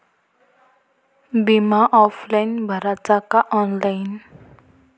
बिमा ऑफलाईन भराचा का ऑनलाईन?